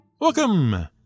Welcome